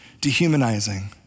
dehumanizing